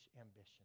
ambition